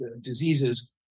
diseases